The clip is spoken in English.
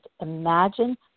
imagine